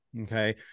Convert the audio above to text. okay